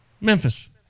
Memphis